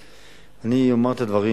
אני אומר את הדברים